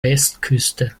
westküste